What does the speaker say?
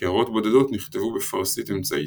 קערות בודדות נכתבו בפרסית אמצעית.